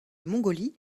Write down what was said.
mongolie